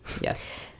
Yes